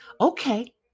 Okay